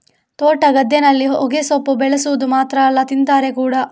ತೋಟ, ಗದ್ದೆನಲ್ಲಿ ಹೊಗೆಸೊಪ್ಪು ಬೆಳೆವುದು ಮಾತ್ರ ಅಲ್ಲ ತಿಂತಾರೆ ಕೂಡಾ